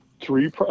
Three